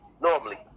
Normally